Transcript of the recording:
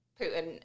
Putin